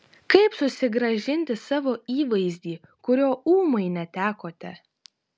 kaip susigrąžinti savo įvaizdį kurio ūmai netekote